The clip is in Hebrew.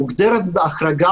מוגדרות בהחרגה